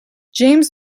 james